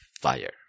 fire